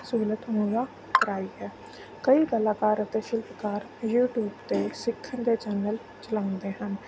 ਸਹੂਲਤ ਮੁਹੱਈਆ ਕਰਵਾਈ ਹੈ ਕਈ ਕਲਾਕਾਰ ਅਤੇ ਸ਼ਿਲਪਕਾਰ ਯੂਟਿਊਬ 'ਤੇ ਸਿੱਖਣ ਦੇ ਚੈਨਲ ਚਲਾਉਂਦੇ ਹਨ